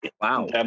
Wow